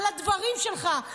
על הדברים שלך,